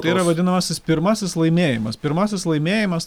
tai yra vadinamasis pirmasis laimėjimas pirmasis laimėjimas